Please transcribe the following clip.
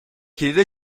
کلید